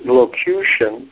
locution